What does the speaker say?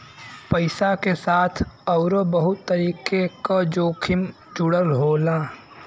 पइसा के साथ आउरो बहुत तरीके क जोखिम जुड़ल होला